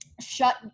shut